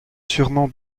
sûrement